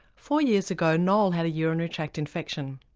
four years ago noel had a urinary tract infection.